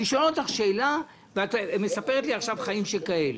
אני שואל אותך שאלה ואת מספרת לי עכשיו "חיים שכאלה".